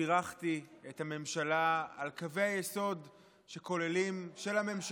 בירכתי את הממשלה על קווי היסוד של הממשלה,